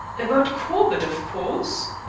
about corbett, of course.